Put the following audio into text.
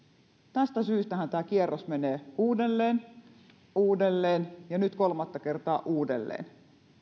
tästä syystähän tämä kierros menee uudelleen uudelleen ja nyt kolmatta kertaa uudelleen